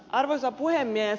arvoisa puhemies